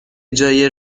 جای